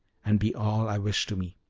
and be all i wish to me.